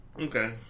Okay